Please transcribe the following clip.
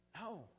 No